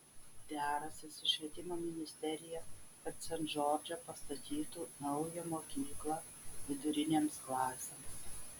derasi su švietimo ministerija kad sent džordže pastatytų naują mokyklą vidurinėms klasėms